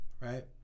right